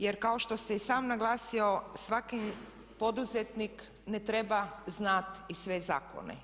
Jer kao što ste i sam naglasili svaki poduzetnik ne treba znati i sve zakone.